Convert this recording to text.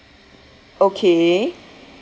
okay